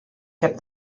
kept